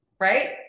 right